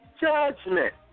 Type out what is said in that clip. judgment